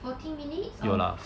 forty minutes of